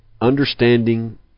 understanding